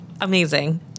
amazing